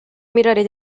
ammirare